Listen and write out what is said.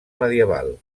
medieval